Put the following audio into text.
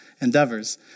endeavors